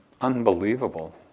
unbelievable